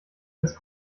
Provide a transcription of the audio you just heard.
des